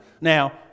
now